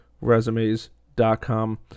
resumes.com